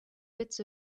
bits